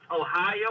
Ohio